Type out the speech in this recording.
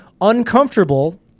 uncomfortable